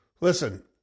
Listen